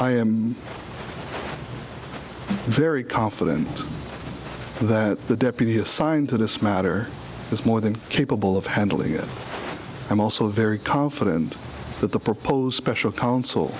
very confident that the deputy assigned to this matter is more than capable of handling it i am also very confident that the proposed special coun